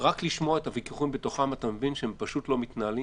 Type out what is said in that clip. רק מלשמוע את הוויכוחים בתוכם אתה מבין שהם פשוט לא מתנהלים.